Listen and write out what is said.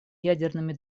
ядерными